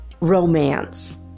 romance